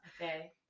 Okay